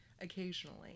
occasionally